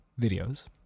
videos